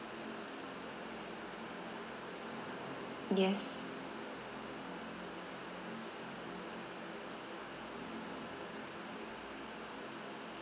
yes